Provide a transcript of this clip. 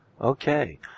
Okay